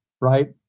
right